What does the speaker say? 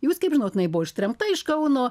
jūs kaip žinot jinai buvo ištremta iš kauno